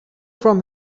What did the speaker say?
from